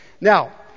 Now